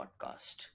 Podcast